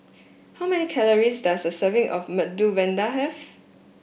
how many calories does a serving of Medu Vada have